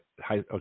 high